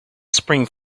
spring